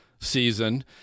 season